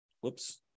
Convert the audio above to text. whoops